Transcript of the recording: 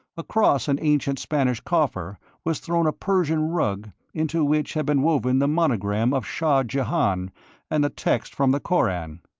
across an ancient spanish coffer was thrown a persian rug into which had been woven the monogram of shah-jehan and a text from the koran.